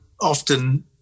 often